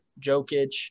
Jokic